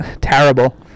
Terrible